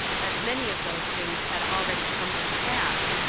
as many of those things had already come to pass,